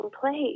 place